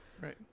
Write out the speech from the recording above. Right